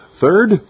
Third